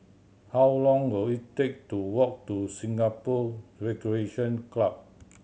how long will it take to walk to Singapore Recreation Club